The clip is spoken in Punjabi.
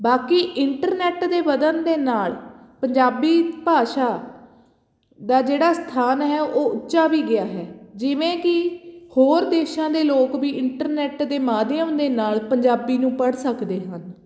ਬਾਕੀ ਇੰਟਰਨੈੱਟ ਦੇ ਵਧਣ ਦੇ ਨਾਲ ਪੰਜਾਬੀ ਭਾਸ਼ਾ ਦਾ ਜਿਹੜਾ ਸਥਾਨ ਹੈ ਉਹ ਉੱਚਾ ਵੀ ਗਿਆ ਹੈ ਜਿਵੇਂ ਕਿ ਹੋਰ ਦੇਸ਼ਾਂ ਦੇ ਲੋਕ ਵੀ ਇੰਟਰਨੈੱਟ ਦੇ ਮਾਧਿਅਮ ਦੇ ਨਾਲ ਪੰਜਾਬੀ ਨੂੰ ਪੜ੍ਹ ਸਕਦੇ ਹਨ